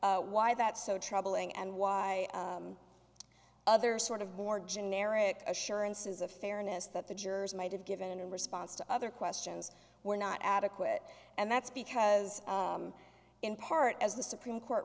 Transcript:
why that's so troubling and why other sort of more generic assurances of fairness that the jurors might have given in response to other questions were not adequate and that's because in part as the supreme court